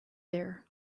there